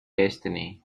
destiny